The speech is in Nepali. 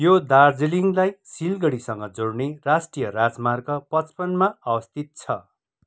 यो दार्जिलिङलाई सिलगढीसँग जोड्ने राष्ट्रिय राजमार्ग पच्पन्नमा अवस्थित छ